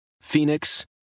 Phoenix